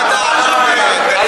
מה אתה, אבל יש את בחריין.